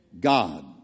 God